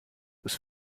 ist